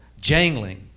jangling